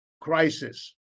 crisis